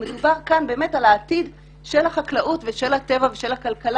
מדובר כאן באמת על העתיד של החקלאות ושל הטבע ושל הכלכלה